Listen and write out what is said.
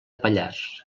pallars